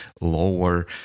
lower